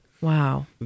Wow